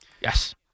Yes